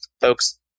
folks